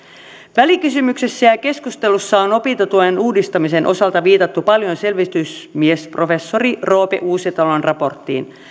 välikysymyksessä ja ja keskustelussa on opintotuen uudistamisen osalta viitattu paljon selvitysmies professori roope uusitalon raporttiin